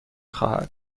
خواهد